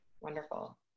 Wonderful